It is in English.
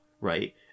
right